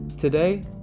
Today